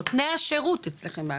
נותני שירות אצלכם באגף,